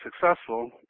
successful